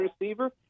receiver